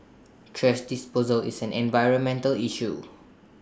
thrash disposal is an environmental issue